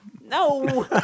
No